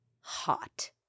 hot